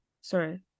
sorry